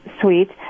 suite